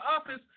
office